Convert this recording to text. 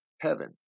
heaven